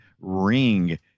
ring